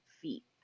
feet